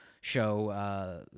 show